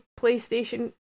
PlayStation